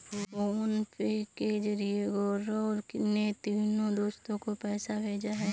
PhonePe के जरिए गौरव ने तीनों दोस्तो को पैसा भेजा है